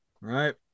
right